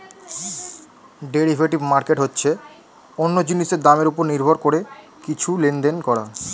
derivative market হচ্ছে অন্য জিনিসের দামের উপর নির্ভর করে কিছু লেনদেন করা